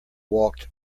walked